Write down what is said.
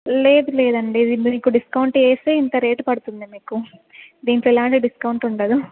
లేదు లేదండి వీళ్ళు మీకు డిస్కౌంట్ వేసే ఇంత రేట్ పడుతుంది మీకు దీంట్లో ఎలాంటి డిస్కౌంట్ ఉండదు